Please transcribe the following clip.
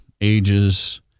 ages